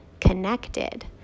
connected